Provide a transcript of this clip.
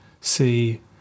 see